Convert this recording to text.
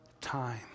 time